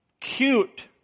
cute